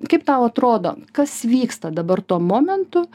kaip tau atrodo kas vyksta dabar tuo momentu